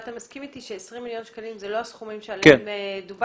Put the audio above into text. אבל אתה מסכים אתי ש-20 מיליון שקלים זה לא הסכום עליהם דובר.